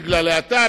בגלל ההאטה,